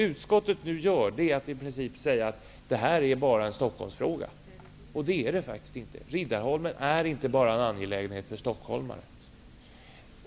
Utskottet säger nu i princip att detta bara är en Stockholmsfråga. Så är det faktiskt inte. Riddarholmen är inte bara en angelägenhet för stockholmare.